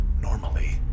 Normally